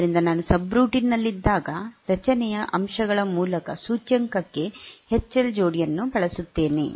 ಆದ್ದರಿಂದ ನಾನು ಸಬ್ರೂಟೀನ್ ನಲ್ಲಿದ್ದಾಗ ರಚನೆಯ ಅಂಶಗಳ ಮೂಲಕ ಸೂಚ್ಯಂಕಕ್ಕೆ ಎಚ್ಎಲ್ ಜೋಡಿಯನ್ನು ಬಳಸುತ್ತೇನೆ